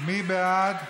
מי בעד?